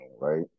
right